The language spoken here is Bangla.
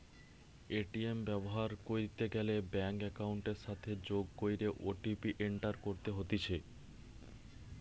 এ.টি.এম ব্যবহার কইরিতে গ্যালে ব্যাঙ্ক একাউন্টের সাথে যোগ কইরে ও.টি.পি এন্টার করতে হতিছে